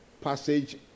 passage